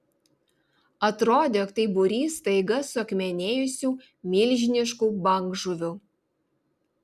atrodė jog tai būrys staiga suakmenėjusių milžiniškų bangžuvių